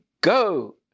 go